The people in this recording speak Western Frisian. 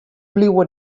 bliuwe